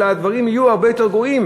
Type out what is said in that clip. אלא הדברים נהיו הרבה יותר גרועים.